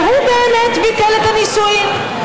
והוא באמת ביטל את הנישואים.